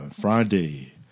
Friday